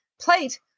plate